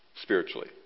spiritually